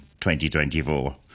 2024